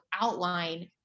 outline